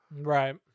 right